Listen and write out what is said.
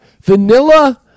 vanilla-